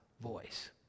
voice